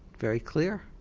very clear,